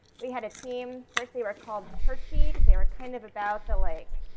we had a team first they were called churchy because they were kind of about the like,